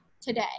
today